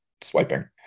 swiping